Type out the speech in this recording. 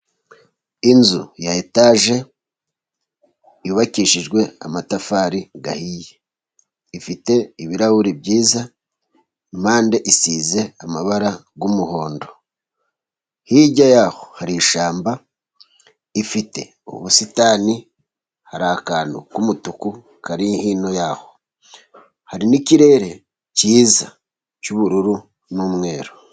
Inzu ya etaje, yubakishijwe amatafari ahiye. Ifite ibirahuri byiza, impande isize amabara y'umuhondo. Hirya yaho hari ishyamba, ifite ubusitani, hari akantu k'umutuku kari hino yaho. Hari n'ikirere kiza cy'ubururu n'umweru.